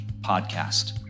Podcast